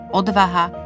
odvaha